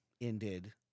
ended